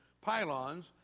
pylons